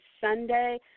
Sunday